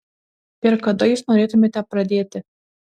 ir kada jūs norėtumėte pradėti